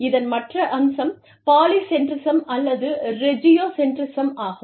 இதன் மற்ற அம்சம் பாலிசென்ட்ரிஸ்ம் அல்லது ரெஜியோசென்ட்ரிஸ்ம் ஆகும்